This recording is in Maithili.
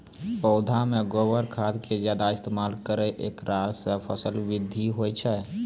पौधा मे गोबर खाद के ज्यादा इस्तेमाल करौ ऐकरा से फसल बृद्धि होय छै?